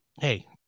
hey